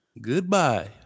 Goodbye